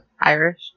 Irish